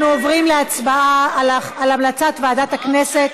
לא אכפת לכם,